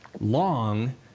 long